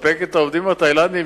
לספק את העובדים התאילנדים,